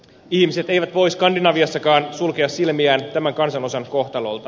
ihmiset eivät voi skandinaviassakaan sulkea silmiään tämän kansanosan kohtalolta